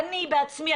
אני בעצמי,